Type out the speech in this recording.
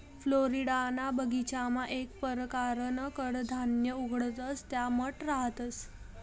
फ्लोरिडाना बगीचामा येक परकारनं कडधान्य उगाडतंस त्या मठ रहातंस